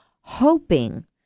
hoping